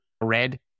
red